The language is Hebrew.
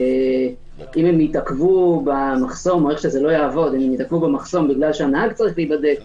אם הם יתעכבו במחסום כי הנהג צריך להיבדק